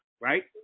right